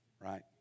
right